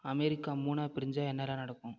America மூணாகப் பிரிஞ்சால் என்னடா நடக்கும்